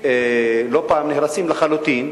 לא פעם נהרסים לחלוטין,